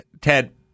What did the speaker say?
Ted